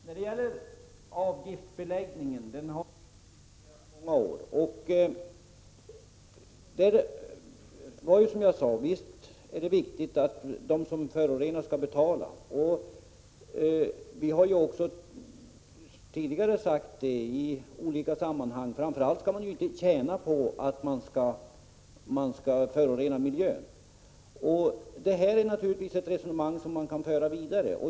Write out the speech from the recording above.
Herr talman! Avgiftsbeläggning har vi nu diskuterat i många år. Visst är det viktigt att de som förorenar skall betala. Vi har också sagt i olika sammanhang att man framför allt inte skall tjäna på att förorena miljön. Det är naturligtvis ett resonemang som kan föras vidare.